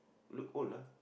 look old ah